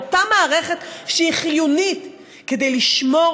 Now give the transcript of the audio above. את אותה מערכת שהיא חיונית כדי לשמור